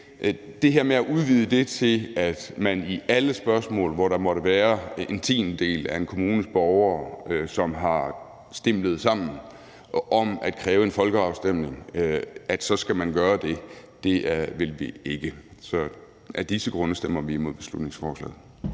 det her med at udvide det til, at man i alle spørgsmål, hvor der måtte være en tiendedel af en kommunes borgere, som har stimlet sammen om at kræve en folkeafstemning, skal gøre det, vil vi ikke. Så af disse grunde stemmer vi imod beslutningsforslaget.